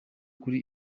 kuri